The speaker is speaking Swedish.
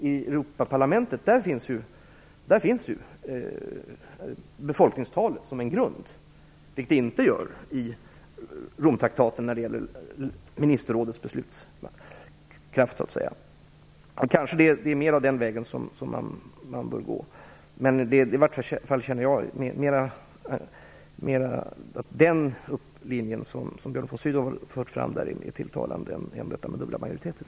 I Europaparlamentet finns ju befolkningstalet som en grund, men inte i Romtraktatet när det gäller ministerrådets beslutskraft. Det kanske mer är den vägen man bör gå. Jag känner i varje fall att den linje som Björn von Sydow har fört fram är mer tilltalande än detta med dubbla majoriteter.